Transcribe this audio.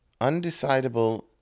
undecidable